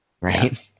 right